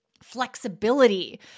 flexibility